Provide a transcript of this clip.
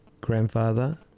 grandfather